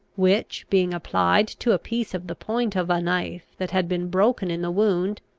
which, being applied to a piece of the point of a knife that had been broken in the wound,